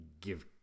give